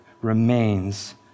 remains